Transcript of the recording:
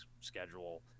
schedule